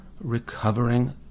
recovering